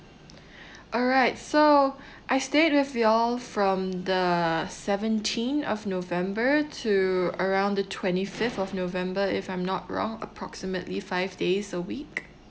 alright so I stayed with you all from the seventeenth of november to around the twenty fifth of november if I'm not wrong approximately five days a week